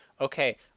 Okay